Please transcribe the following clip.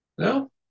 No